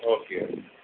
ওকে ওকে